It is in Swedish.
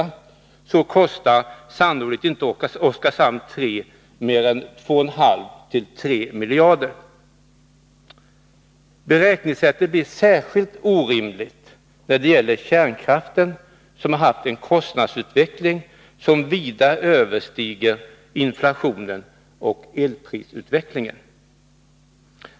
I så fall kostar Oskarshamn 3 sannolikt inte mer än 2,5-3 miljarder. Beräkningssättet blir särskilt orimligt när det gäller kärnkraftverken, som har haft en kostnadsutveckling som vida överstiger inflationen och elprisutvecklingen.